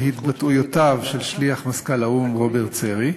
והתבטאויותיו של שליח מזכ"ל האו"ם רוברט סרי.